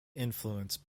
influenced